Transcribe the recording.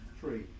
Three